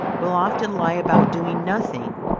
will often lie about doing nothing.